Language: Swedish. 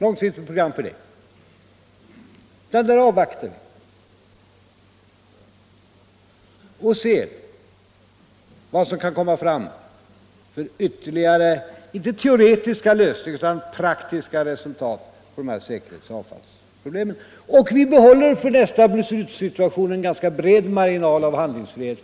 "Vi avvaktar och ser vad det kan komma fram för ytterligare praktiska resultat — inte teoretiska lösningar — i fråga om dessa säkerhetsoch avtalsproblem. För nästa beslutssituation behåller vi en ganska bred marginal av handlingsfrihet.